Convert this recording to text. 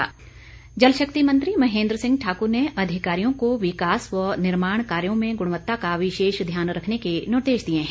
महेन्द्र सिंह जल शक्ति मंत्री महेन्द्र सिंह ठाकुर ने अधिकारियों को विकास व निर्माण कार्यो में गुणवत्ता का विशेष ध्यान रखने के निर्देश दिए हैं